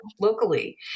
locally